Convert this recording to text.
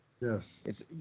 Yes